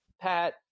Pat